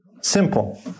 Simple